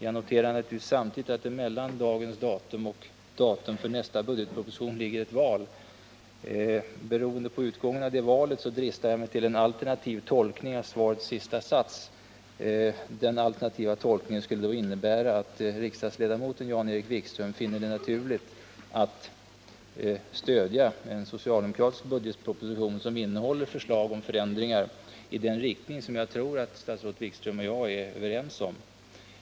Samtidigt vill jag peka på att det mellan dagens datum och datum för nästa budgetproposition ligger ett val, och jag dristar mig till att, beroende på valutgången, göra en alternativ tolkning av svarets sista sats. Den alternativa tolkningen skulle innebära att riksdagsledamoten Jan-Erik Wikström finner det naturligt att stödja en socialdemokratisk budgetproposition som innehåller förslag om förändringar i den riktning som jag tror att statsrådet Wikström och jag är överens om.